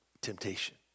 temptation